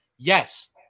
Yes